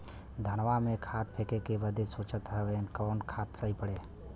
धनवा में खाद फेंके बदे सोचत हैन कवन खाद सही पड़े?